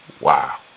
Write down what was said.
Wow